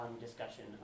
discussion